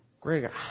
Greg